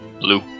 Blue